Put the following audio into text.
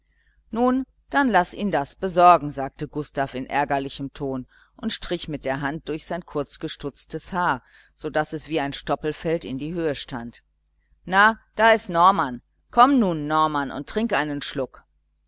nun dann laß ihn das besorgen sagte gustav in ärgerlichem ton und strich mit der hand durch sein kurzgestutztes haar so daß es wie ein stoppelfeld in die höhe stand na da ist norman komm nun norman und trink einen schluck